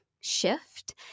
shift